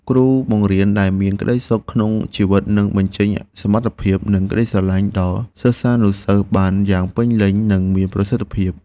គ្រូបង្រៀនដែលមានក្តីសុខក្នុងជីវិតនឹងបញ្ចេញសមត្ថភាពនិងក្តីស្រឡាញ់ដល់សិស្សានុសិស្សបានយ៉ាងពេញលេញនិងមានប្រសិទ្ធភាព។